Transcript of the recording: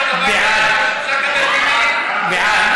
הביתה, אפשר לקבל גימ"לים?